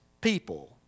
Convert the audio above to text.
people